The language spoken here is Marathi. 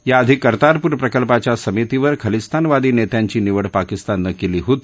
या आधी कर्तारपूर प्रकल्पाच्या समितीवर खलिस्तानवादी नखींची निवड पाकिस्ताननं कली होती